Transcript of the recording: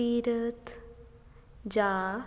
ਤੀਰਥ ਜਾਂ